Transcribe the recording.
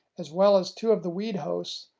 as well as two of the weed hosts,